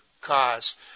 cause